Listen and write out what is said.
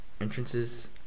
Entrances